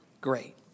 great